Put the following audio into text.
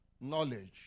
Knowledge